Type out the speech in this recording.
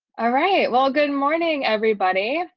alright, well, good morning, everybody.